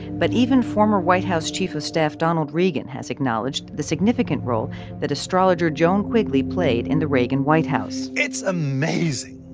but even former white house chief of staff donald regan has acknowledged the significant role that astrologer joan quigley played in the reagan white house it's amazing.